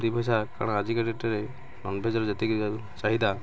ଦୁଇ ପଇସା କାରଣ ଆଜିକା ଡେଟ୍ରେ ନନ୍ଭେଜ୍ର ଯେତିକି ଚାହିଦା